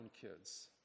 kids